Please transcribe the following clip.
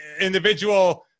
individual